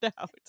out